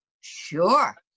Sure